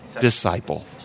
Disciple